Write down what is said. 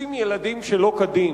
עושים ילדים שלא כדין.